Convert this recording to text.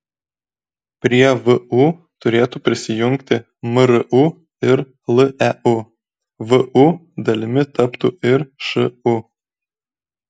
prie vu turėtų prisijungti mru ir leu vu dalimi taptų ir šu